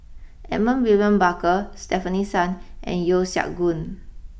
Edmund William Barker Stefanie Sun and Yeo Siak Goon